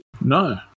No